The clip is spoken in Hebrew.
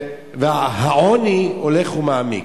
והעוני הולך ומעמיק?